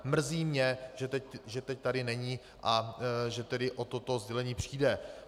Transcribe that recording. Mrzí mě, že teď tady není a že tedy o toto sdělení přijde.